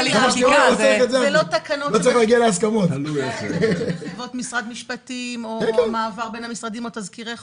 זה לא תקנות זה לא מעבר בין משרדים או תזכירי חוק.